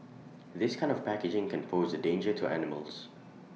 this kind of packaging can pose danger to animals